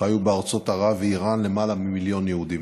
חיו בארצות ערב ואיראן למעלה ממיליון יהודים.